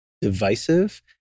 divisive